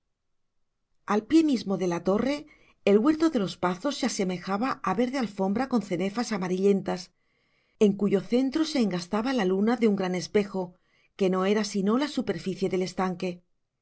al pie mismo de la torre el huerto de los pazos se asemejaba a verde alfombra con cenefas amarillentas en cuyo centro se engastaba la luna de un gran espejo que no era sino la superficie del estanque